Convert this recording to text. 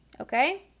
okay